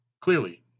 Clearly